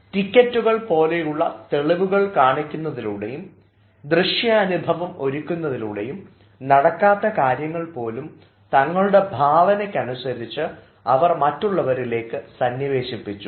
ടിക്കറ്റുകൾ പോലുള്ള തെളിവുകൾ കാണിക്കുന്നതിലൂടെയും ദൃശ്യാനുഭവം ഒരുക്കുന്നതിലൂടെയും നടക്കാത്ത കാര്യങ്ങൾ പോലും തങ്ങളുടെ ഭാവനയ്ക്ക് അനുസരിച്ച് അവർ മറ്റുള്ളവരിലേക്ക് സന്നിവേശിപ്പിച്ചു